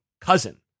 cousin